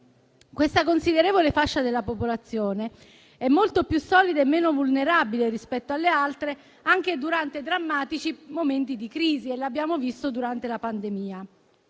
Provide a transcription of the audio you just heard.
Questa considerevole fascia della popolazione è molto più solida e meno vulnerabile rispetto alle altre, anche durante drammatici momenti di crisi e lo abbiamo visto durante la pandemia.